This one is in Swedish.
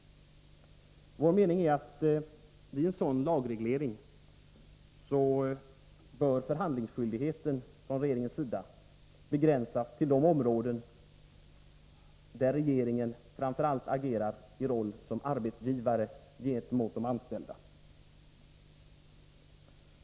Vid en sådan lagreglering bör förhandlingsskyldigheten från regeringens sida begränsas till de områden där regeringen agerar framför allt i sin roll som arbetsgivare gentemot de anställda.